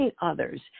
others